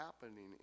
happening